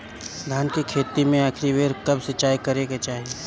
धान के खेती मे आखिरी बेर कब सिचाई करे के चाही?